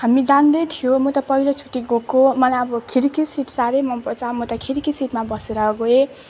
हामी जाँदै थियो म त पहिलोचोटि गएको मलाई अब खिड्की सिट साह्रै मनपर्छ म त खिड्की सिटमा बसेर गए